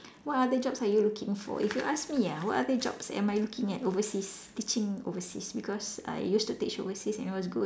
what other jobs are you looking for if you ask me ah what other jobs am I looking at overseas teaching overseas because I used to teach overseas and it was good